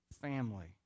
family